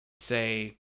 say